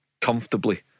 comfortably